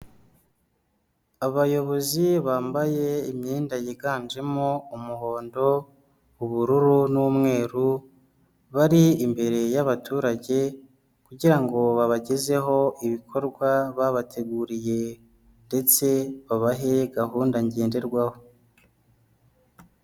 Abayobozi bamba ye imyenda yiganjemo umuhondo, ubururu n'umweru, bari imbere y'abaturage kugiibikorwa babateguriye ndetse babahe gahunda ngenderwaho.